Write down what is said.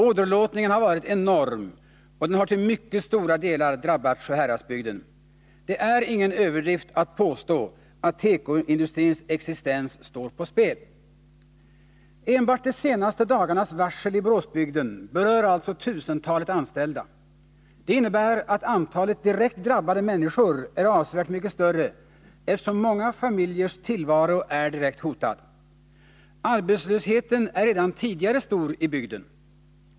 Åderlåtningen har varit enorm, och den har till mycket stora delar drabbat Sjuhäradsbygden. Det är ingen överdrift att påstå att tekoindustrins existens:står på spel. Enbart de senaste dagarnas varsel i Boråsbygden berör alltså tusentalet anställda. Det innebär att antalet direkt drabbade människor är avsevärt mycket större, eftersom många familjers tillvaro är direkt hotad. Arbetslösheten är redan tidigare stor i bygden.